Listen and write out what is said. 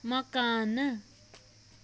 مکانہٕ